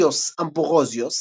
אאורליוס אמברוזיוס,